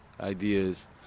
ideas